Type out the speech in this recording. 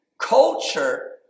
Culture